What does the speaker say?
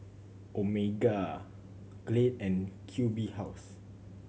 Omega Glade and Q B House